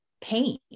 pain